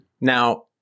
Now